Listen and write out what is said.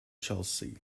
chelsea